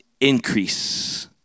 increase